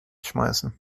schmeißen